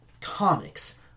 comics